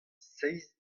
seizh